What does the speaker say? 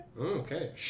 Okay